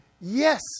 Yes